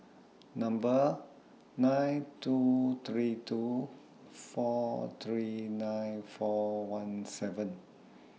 Number nine two three two four three nine four one seven